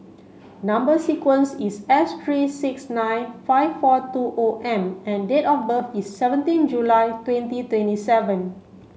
number sequence is S three six nine five four two O M and date of birth is seventeen July twenty twenty seven